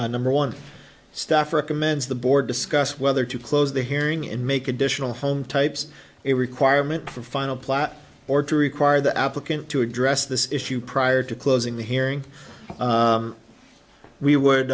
platt number one staffer commands the board discussed whether to close the hearing and make additional home types a requirement for final plat or to require the applicant to address this issue prior to closing the hearing we would